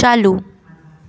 चालू